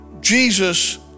Jesus